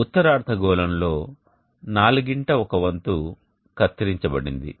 ఉత్తర అర్ధగోళంలో నాలుగింట ఒక వంతు కత్తిరించబడింది